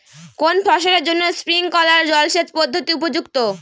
কোন ফসলের জন্য স্প্রিংকলার জলসেচ পদ্ধতি উপযুক্ত?